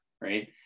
right